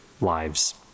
lives